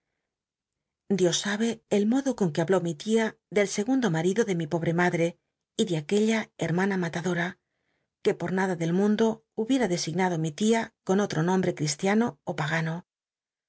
dios sabe el modo con que habló mi tia del segundo marido de mi pobl'c madl'e y de a uclla llermana malaúora que por nada del mundo hubiera designado mi tia con oh o nombt'c ctistiano ó pagano